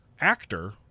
actor